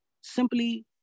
simply